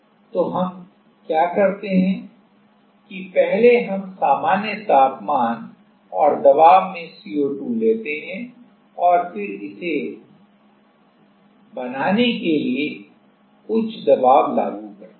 तो हम क्या करते हैं कि पहले हम सामान्य तापमान और दबाव में CO2 लेते हैं और फिर इसे बनाने के लिए उच्च दबाव लागू करते हैं